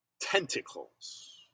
Tentacles